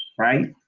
right?